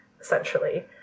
essentially